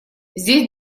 здесь